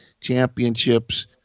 championships